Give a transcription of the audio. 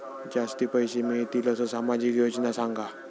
जास्ती पैशे मिळतील असो सामाजिक योजना सांगा?